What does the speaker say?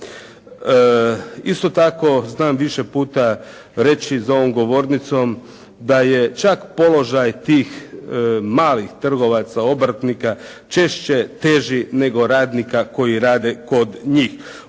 Isto tako, znam više puta reći za ovom govornicom da je čak položaj tih malih trgovaca, obrtnika češće teži nego radnika koji rade kod njih.